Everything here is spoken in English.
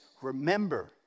remember